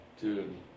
Dude